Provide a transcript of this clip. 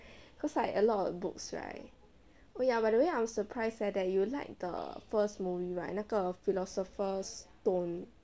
cause like a lot of books right oh ya by the way I was surprised eh that you would like the first movie right 那个 philosopher's stone